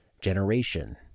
generation